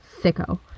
Sicko